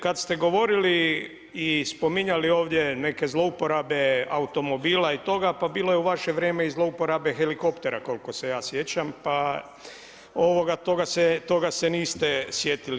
Kad ste govorili i spominjali ovdje neke zlouporabe automobila i toga, pa bilo je u vaše vrijeme i zlouporabe helikoptera, koliko se ja sjećam, pa ovoga, toga se niste sjetili.